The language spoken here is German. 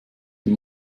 die